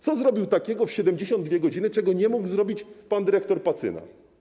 Co zrobił takiego w 72 godziny, czego nie mógł zrobić pan dyrektor Pacyna?